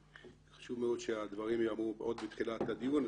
חשוב מאוד שהדברים ייאמרו עוד בתחילת הדיון.